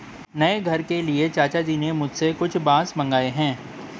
नए घर के लिए चाचा जी ने मुझसे कुछ बांस मंगाए हैं